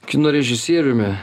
kino režisieriumi